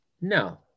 No